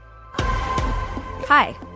hi